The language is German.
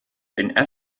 den